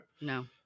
No